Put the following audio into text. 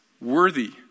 worthy